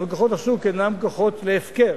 אבל כוחות השוק אינם כוחות להפקר,